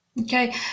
Okay